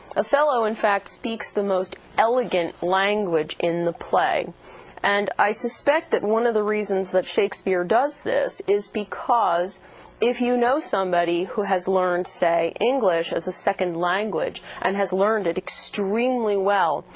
othello, in fact speaks the most elegant language in the play and i suspect that one of the reasons that shakespeare does this is because if you know somebody who has learned, say, english as a second language, and has learned it extremely well,